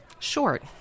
Short